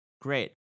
great